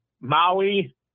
Maui